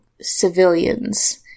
civilians